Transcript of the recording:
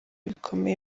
bikomeye